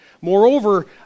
Moreover